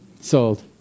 Sold